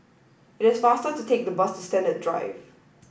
it is faster to take the bus to Sennett Drive